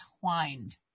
twined